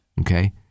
Okay